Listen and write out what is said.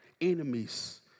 enemies